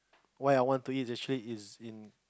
what I want to eat is actually is in